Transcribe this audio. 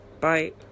bye